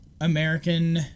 American